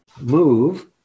move